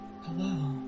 Hello